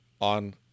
on